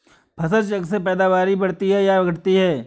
फसल चक्र से पैदावारी बढ़ती है या घटती है?